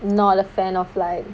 not a fan of like